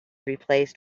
replaced